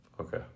okay